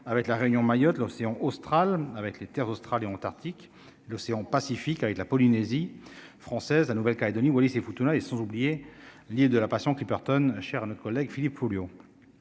avec la Réunion Mayotte l'océan Austral avec les Terres australes et antarctiques l'océan Pacifique, avec de la Polynésie française, Nouvelle-Calédonie, Wallis et Futuna et sans oublier de la passion qui partons cher à notre collègue Philippe Folliot,